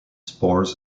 spores